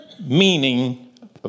meaning